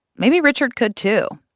maybe richard could, too.